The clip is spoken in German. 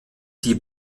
die